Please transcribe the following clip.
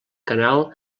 canal